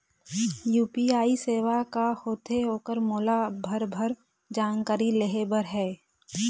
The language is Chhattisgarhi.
यू.पी.आई सेवा का होथे ओकर मोला भरभर जानकारी लेहे बर हे?